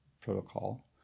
protocol